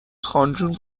خانجون